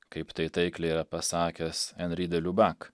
kaip tai taikliai yra pasakęs anri de liubak